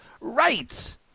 Right